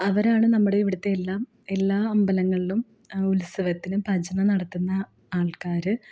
അവരാണ് നമ്മുടെ ഇവിടത്തെ എല്ലാം എല്ലാ അമ്പലങ്ങളിലും ഉത്സവത്തിന് ഭജന നടത്തുന്ന ആൾക്കാര്